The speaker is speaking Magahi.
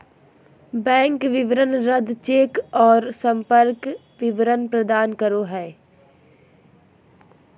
बैंक विवरण रद्द चेक औरो संपर्क विवरण प्रदान करो हइ